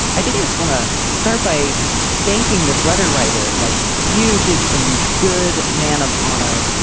i think you just want to start by thinking this letter writer like you did some good man of honor.